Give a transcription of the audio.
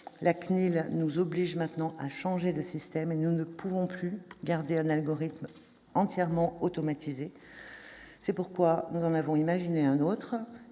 nous oblige aujourd'hui à changer de système, et nous ne pouvons pas conserver un algorithme entièrement automatisé. C'est pourquoi nous en avons imaginé un autre,